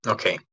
Okay